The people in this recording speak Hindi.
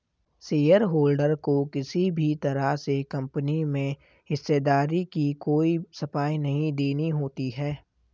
शेयरहोल्डर को किसी भी तरह से कम्पनी में हिस्सेदारी की कोई सफाई नहीं देनी होती है